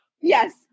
Yes